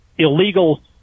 illegal